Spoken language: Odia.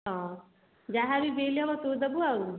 ହଁ ଯାହାବି ବିଲ୍ ହେବ ତୁ ଦେବୁ ଆଉ